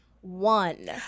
one